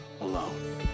alone